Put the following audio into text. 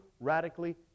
radically